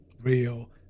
real